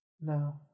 No